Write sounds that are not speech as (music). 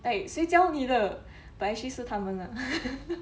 eh 谁教你的 but actually 是他们啦 (laughs)